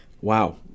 Wow